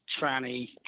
tranny